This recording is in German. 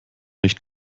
nicht